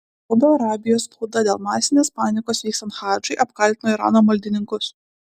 saudo arabijos spauda dėl masinės panikos vykstant hadžui apkaltino irano maldininkus